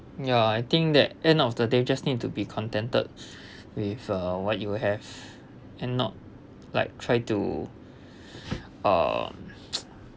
ya I think that end of the day just need to be contented with uh what you have and not like try to uh